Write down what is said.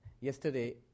yesterday